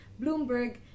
bloomberg